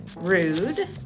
rude